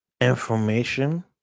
information